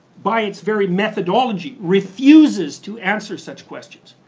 by its very methodologies, refuses to answer such questions.